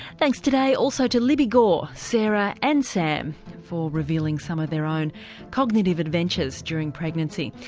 thanks today also to libbi gorr, sarah and sam for revealing some of their own cognitive adventures during pregnancy.